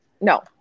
no